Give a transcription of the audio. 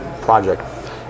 project